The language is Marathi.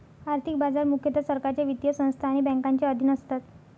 आर्थिक बाजार मुख्यतः सरकारच्या वित्तीय संस्था आणि बँकांच्या अधीन असतात